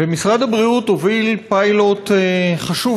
ומשרד הבריאות הוביל פיילוט חשוב